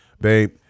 babe